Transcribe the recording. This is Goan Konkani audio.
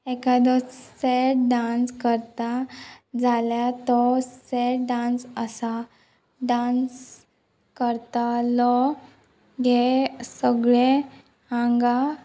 एकादो सॅड डांस करता जाल्यार तो सॅड डांस आसा डांस करतालो हे सगळे हांगा